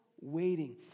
waiting